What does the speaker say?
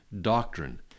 doctrine